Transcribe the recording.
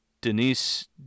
Denise